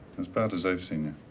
as bad as i've seen you.